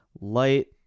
Light